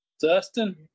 Dustin